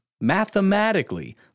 mathematically